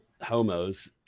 homos